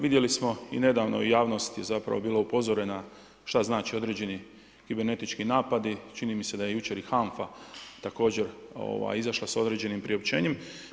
Vidjelo smo i nedavno i javnost je zapravo bila upozorena što znači određeni kibernetički napadi, čini mi se da je jučer i HANFA također izašla s određenim priopćenjem.